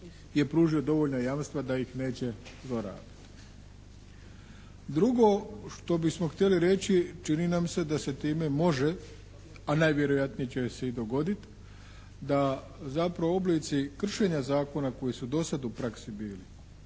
je pružio dovoljno jamstva da ih neće zlorabiti. Drugo, što bismo htjeli reći, čini nam se da se time može, a najvjerojatnije će se i dogoditi, da zapravo oblici kršenja zakona koji su do sad u praksi bili